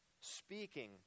speaking